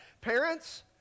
Parents